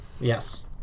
Yes